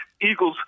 Eagles